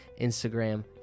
Instagram